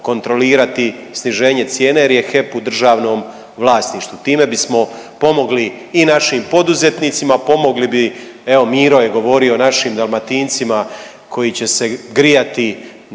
kontrolirati sniženje jer je HEP u državnom vlasništvu. Time bismo pomogli i našim poduzetnicima, pomogli bi, evo, Miro je govorio, našim Dalmatincima koji će se grijati